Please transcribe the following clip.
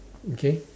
okay